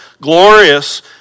glorious